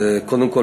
קודם כול,